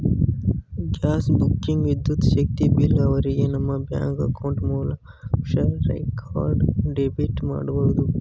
gas booking, ವಿದ್ಯುತ್ ಶಕ್ತಿ bill ಅವರಿಗೆ ನಮ್ಮ ಬ್ಯಾಂಕ್ ಅಕೌಂಟ್ ಮುಖಾಂತರ ಡೈರೆಕ್ಟ್ ಡೆಬಿಟ್ ಮಾಡಬಹುದು